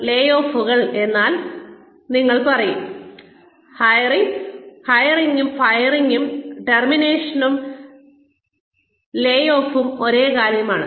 ലേഓഫുകൾ എന്നാൽ നിങ്ങൾ പറയും ഹൈറിങ് ഉം ഫൈറിങ് ഉം ടെർമിനേഷനും ലേഓഫുകളും ഒരേ കാര്യമാണെന്ന്